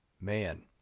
Man